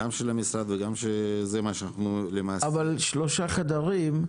גם של המשרד --- אבל שלושה חדרים,